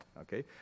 okay